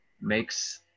makes